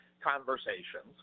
conversations